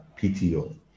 PTO